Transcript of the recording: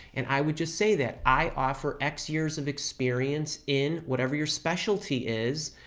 and i would just say that i offer x years of experience in whatever your specialty is,